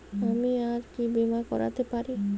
আমি আর কি বীমা করাতে পারি?